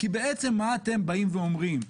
כי בעצם מה אתם באים ואומרים?